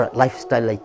lifestyle